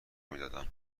میدادن